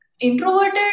introverted